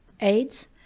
AIDS